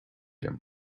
liom